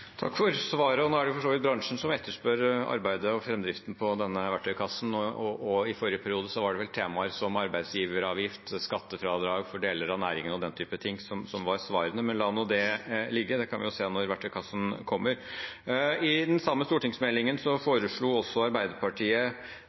Takk for svaret. Nå er det for så vidt bransjen som etterspør arbeidet og framdriften på denne verktøykassen, og i forrige periode var det vel temaer som arbeidsgiveravgift, skattefradrag for deler av næringen og den type ting som var svarene, men la nå det ligge. Det kan vi jo se når verktøykassen kommer. I den samme stortingsmeldingen foreslo også Arbeiderpartiet